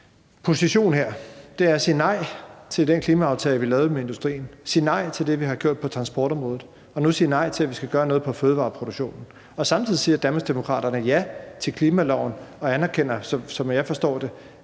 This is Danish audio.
position her, altså at sige nej til den klimaaftale, vi lavede med industrien, sige nej til det, vi har gjort på transportområdet, og nu at sige nej til, at vi skal gøre noget i forhold til fødevareproduktionen, og samtidig siger Danmarksdemokraterne ja til klimaloven og anerkender, som jeg forstår det,